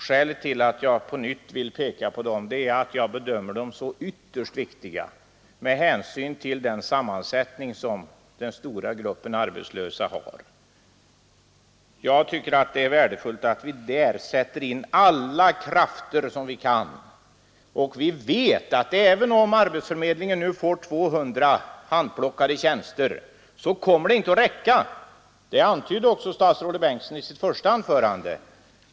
Skälet till att jag på nytt vill peka på dem är att jag bedömer dem så ytterst viktiga med hänsyn till den sammansättning som den stora gruppen arbetslösa har. Jag tycker att det vore värdefullt om vi där satte in alla tillgängliga krafter. Arbetsförmedlingen får nu visserligen 200 handplockade tjänster, men dessa kommer inte att vara tillräckliga. Det antydde också statsrådet Bengtsson i sitt första anförande.